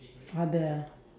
father ah